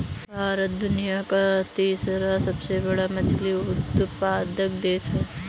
भारत दुनिया का तीसरा सबसे बड़ा मछली उत्पादक देश है